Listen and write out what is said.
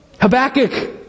Habakkuk